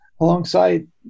alongside